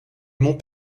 mont